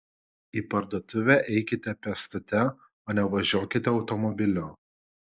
į parduotuvę eikite pėstute o ne važiuokite automobiliu